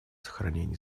сохранение